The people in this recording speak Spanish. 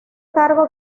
cargo